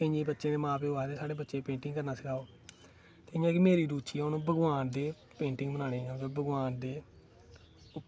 केइयें बच्चें दे मां प्यो आखदे कि साढ़े बच्चें गी पेंटिंग सखाओ ते हून मेरी रुचि ऐ जि'यां भगवान दे पेंटिंग बनाने भगवान दे